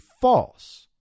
false